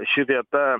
ši vieta